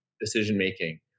decision-making